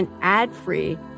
ad-free